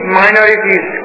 minorities